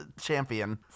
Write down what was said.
champion